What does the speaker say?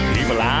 People